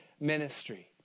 ministry